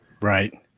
Right